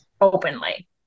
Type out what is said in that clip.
openly